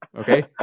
Okay